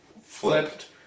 Flipped